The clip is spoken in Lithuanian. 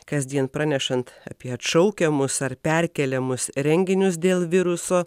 kasdien pranešant apie atšaukiamus ar perkeliamus renginius dėl viruso